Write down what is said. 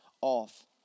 off